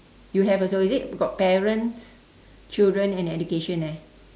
you have also is it got parents children and education eh